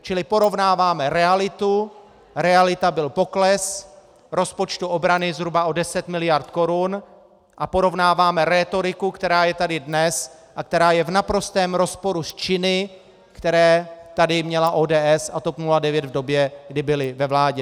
Čili porovnáváme realitu realita byl pokles rozpočtu obrany o zhruba 10 mld. korun a porovnáváme rétoriku, která je tady dnes a která je v naprostém rozporu s činy, které tady měly ODS a TOP 09 v době, kdy byly ve vládě.